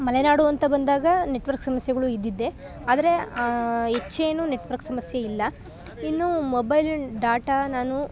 ಮಲೆನಾಡು ಅಂತ ಬಂದಾಗ ನೆಟ್ವರ್ಕ್ ಸಮಸ್ಯೆಗಳು ಇದ್ದಿದ್ದೇ ಆದರೆ ಹೆಚ್ಚೆನೂ ನೆಟ್ವರ್ಕ್ ಸಮಸ್ಯೆಯಿಲ್ಲ ಇನ್ನೂ ಮೊಬೈಲ್ ಡಾಟಾ ನಾನು